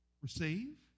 receive